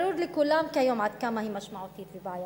ברור לכולם כיום עד כמה היא משמעותית ובעייתית.